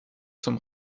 zum